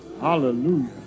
Hallelujah